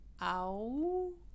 Ow